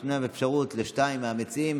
יש אפשרות לשניים מן המציעים